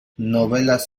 novelas